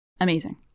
amazing